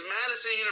Madison